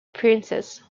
princess